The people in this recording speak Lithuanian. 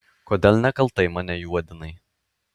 kodėl nekaltai mane juodinai